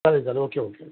चालेल चालेल okay okay